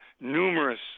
numerous